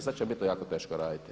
Sad će biti to jako teško raditi.